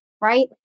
right